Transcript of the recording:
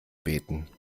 beten